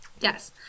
yes